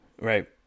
Right